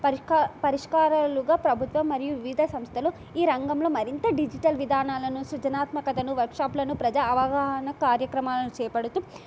పరిష్క పరిష్కారాలుగా ప్రభుత్వం మరియు వివిధ సంస్థలు ఈ రంగంలో మరింత డిజిటల్ విధానాలను సృజనాత్మకతను వర్క్షాప్లను ప్రజా అవగాహన కార్యక్రమాలను చేపడుతూ